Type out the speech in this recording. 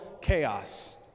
Chaos